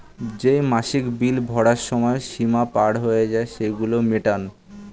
যেই মাসিক বিল ভরার সময় সীমা পার হয়ে যায়, সেগুলো মেটান